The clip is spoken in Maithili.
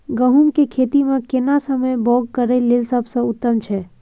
गहूम के खेती मे केना समय बौग करय लेल सबसे उत्तम छै?